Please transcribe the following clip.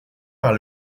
par